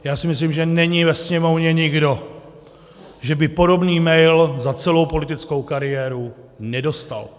Já si myslím, že není ve Sněmovně nikdo, kdo by podobný mail za celou politickou kariéru nedostal.